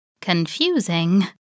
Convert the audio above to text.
Confusing